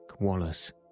Wallace